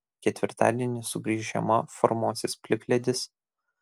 ketvirtadienį sugrįš žiema formuosis plikledis